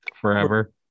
Forever